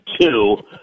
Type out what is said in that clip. two